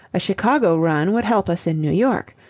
a chicago run would help us in new york.